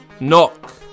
knock